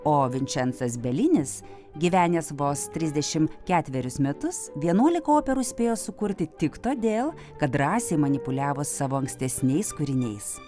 o vinčensas belinis gyvenęs vos trisdešimt ketverius metus vienuolika operų spėjo sukurti tik todėl kad drąsiai manipuliavo savo ankstesniais kūriniais